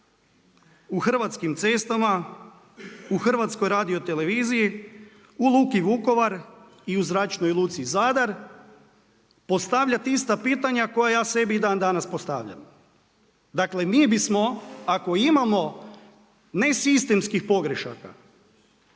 u Hrvatskim cestama u HRT-u, u Luku Vukovar i u Zračnoj luci Zadar, postavljat ista pitanja koja ja sebi i dan danas postavljam. Dakle mi bismo ako imamo ne sistemskih pogrešaka,